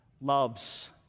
loves